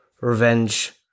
Revenge